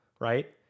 right